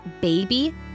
baby